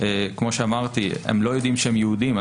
כמו שאמרתי, שהם לא יודעים שהם יהודים.